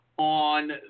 On